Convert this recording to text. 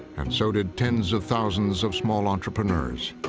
and so did tens of thousands of small entrepreneurs.